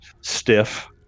stiff